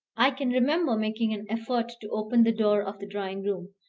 i can remember making an effort to open the door of the drawing-room,